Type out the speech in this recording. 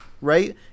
right